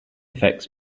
effects